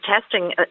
testing